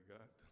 God